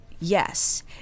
Yes